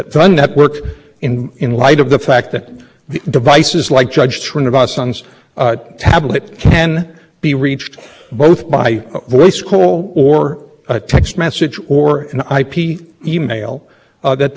point i think goes to why the commission's interpretation of the network single that is conceiving this is a single network is reasonable i do want to get to the commission's alternative ground that even if this is not a commercial mobile service that it was the functional